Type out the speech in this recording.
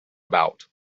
about